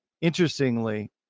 interestingly